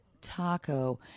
taco